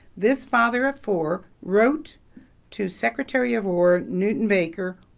this father of four wrote to secretary of war, newton baker,